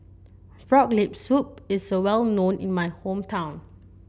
Frog Leg Soup is a well known in my hometown